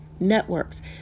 networks